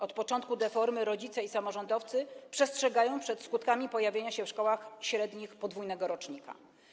Od początku deformy rodzice i samorządowcy przestrzegają przed skutkami pojawienia się w szkołach średnich podwójnego rocznika.